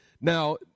Now